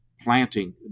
planting